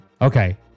Okay